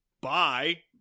bye